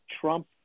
Trump